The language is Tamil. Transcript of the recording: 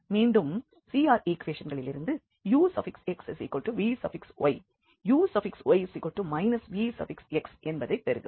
மீண்டும் CR ஈக்குவேஷன்களிலிருந்து uxvy uy vx என்பதைப் பெறுகிறோம்